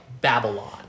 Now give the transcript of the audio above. Babylon